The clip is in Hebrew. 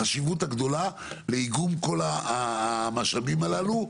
החשיבות הגדולה לאיגום כל המשאבים הללו,